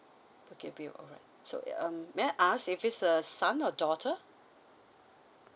bukit view alright so um may I ask if he's a son or daughter